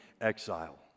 exile